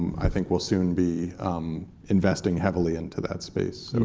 i think, will soon be investing heavily into that space, so